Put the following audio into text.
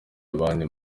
abandi